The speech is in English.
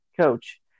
coach